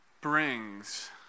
brings